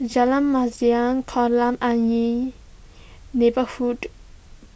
Jalan Masjid Kolam Ayer Neighbourhood